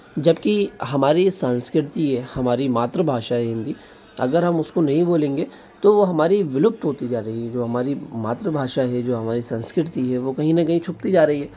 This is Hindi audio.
जबकि हमारी संस्कृति यह है हमारी मातृ भाषा है हिंदी अगर हम उसको नहीं बोलेंगे तो वह हमारी विलुप्त होती जा रही है जो हमारी मातृभाषा है जो हमारी संस्कृति है वह कहीं ना कहीं छूटती जा रही है